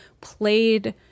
played